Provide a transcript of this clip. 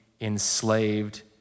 enslaved